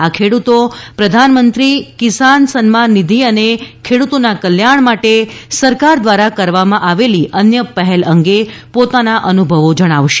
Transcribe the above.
આ ખેડૂતો પ્રધાનમંત્રી કિસાન સન્માન નિધિ અને ખેડૂતોના કલ્યાણ માટે સરકાર દ્વારા કરવામાં આવેલી અન્ય પહેલ અંગે પોતાના અનુભવો જણાવશે